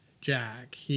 Jack